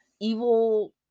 evil